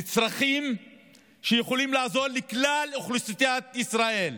לצרכים שיכולים לעזור לכלל אוכלוסיית ישראל,